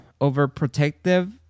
overprotective